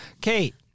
Kate